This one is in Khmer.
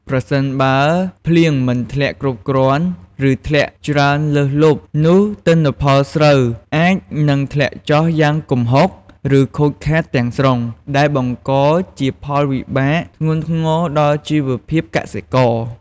ប្រសិនបើភ្លៀងមិនធ្លាក់គ្រប់គ្រាន់ ឬធ្លាក់ច្រើនលើសលប់ នោះទិន្នផលស្រូវអាចនឹងធ្លាក់ចុះយ៉ាងគំហុក ឬខូចខាតទាំងស្រុង ដែលបង្កជាផលវិបាកធ្ងន់ធ្ងរដល់ជីវភាពកសិករ។